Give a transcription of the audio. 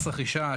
מס רכישה,